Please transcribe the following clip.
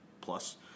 Plus